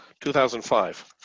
2005